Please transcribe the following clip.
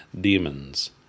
demons